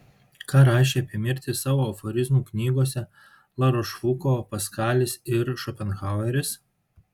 ką rašė apie mirtį savo aforizmų knygose larošfuko paskalis ir šopenhaueris